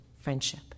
friendship